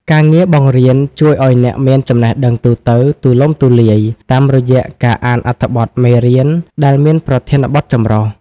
ការងារបង្រៀនជួយឱ្យអ្នកមានចំណេះដឹងទូទៅទូលំទូលាយ តាមរយៈការអានអត្ថបទមេរៀនដែលមានប្រធានបទចម្រុះ។